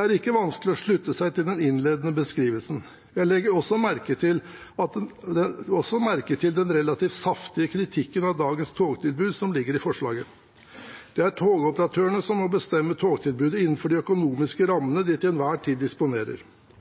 er ikke vanskelig å slutte seg til den innledende beskrivelsen. Jeg legger også merke til den relativt saftige kritikken av dagens togtilbud som ligger i forslaget. Det er togoperatørene som må bestemme togtilbudet innenfor de økonomiske